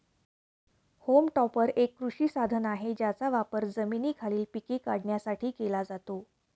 home टॉपर हे एक कृषी साधन आहे ज्याचा वापर जमिनीखालील पिके काढण्यासाठी केला जातो